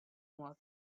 more